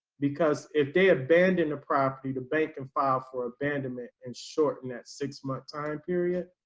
because if they abandon the property to bank and file for abandonment and shorten that six month time period,